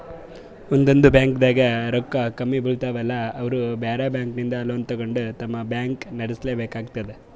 ಒಂದೊಂದ್ ಬ್ಯಾಂಕ್ದಾಗ್ ರೊಕ್ಕ ಕಮ್ಮಿ ಬೀಳ್ತಾವಲಾ ಅವ್ರ್ ಬ್ಯಾರೆ ಬ್ಯಾಂಕಿಂದ್ ಲೋನ್ ತಗೊಂಡ್ ತಮ್ ಬ್ಯಾಂಕ್ ನಡ್ಸಲೆಬೇಕಾತದ್